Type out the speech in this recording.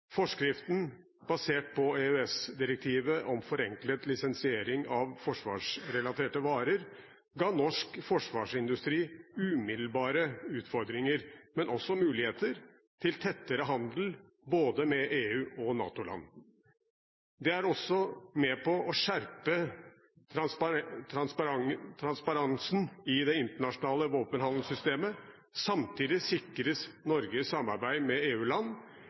Forskriften basert på EØS-direktivet om forenklet lisensiering av forsvarsrelaterte varer ga norsk forsvarsindustri umiddelbare utfordringer, men også muligheter til tettere handel både med EU og med NATO-land. Det er også med på å skjerpe transparensen i det internasjonale våpenhandelssystemet. Samtidig sikrer Norges samarbeid med